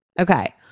Okay